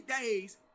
days